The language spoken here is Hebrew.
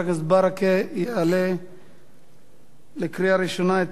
חבר הכנסת ברכה יעלה לקריאה ראשונה את